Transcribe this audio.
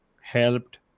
helped